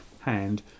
hand